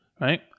right